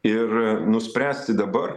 ir nuspręsti dabar